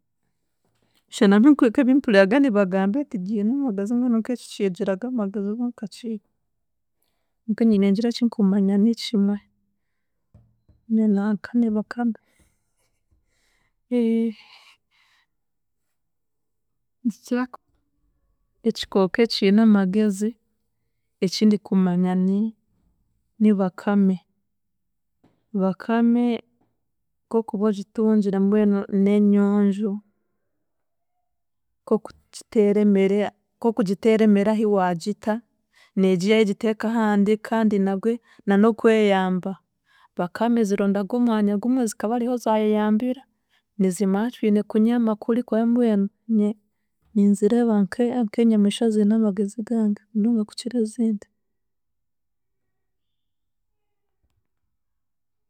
Shana binku nk'ebimpuriraga nibagamba nti biine amagezi mbwenu nk'eki kigiraga amagezi oba nka kiiha, nkaanye ningira ekikumanya ni kimwe, ni nanka ni bakame. Nikikira ku-, ekikooko ekina amagezi ekindikumanya ni nibakame, bakame kokuba ogitungire mbwenu n'enyonjo, k'okugiteera emere k'okugiteera emere ahi waagita, neegiihaho egitekee ahandi kandi nabwe na n'okweyamba, bakame zirondaga omwanya gumwe zikaba ariho zaayeyambira, nizimanya twine kunyaama kuri kuba mbwenu ne- ninzireeba nke- nk'enyamiishwa eziine amagezi gange munonga kukira ezindi.